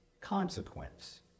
consequence